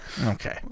Okay